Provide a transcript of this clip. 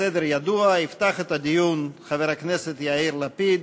הסדר ידוע: יפתח את הדיון חבר הכנסת יאיר לפיד,